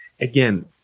again